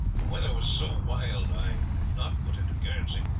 the weather was so wild i would not put into guernsey,